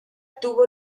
tuvo